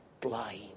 blind